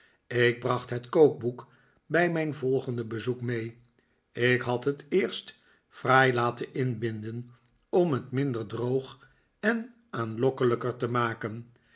ik bracht het kookboek bij mijn volgende bezoek mee ik had het eerst fraai laten inbinden om het minder droog en aanlokkelijker te maken